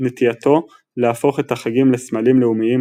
נטייתו להפוך את החגים לסמלים לאומיים